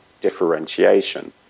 differentiation